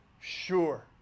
sure